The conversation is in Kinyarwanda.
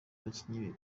abakinnyi